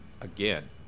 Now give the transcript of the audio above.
Again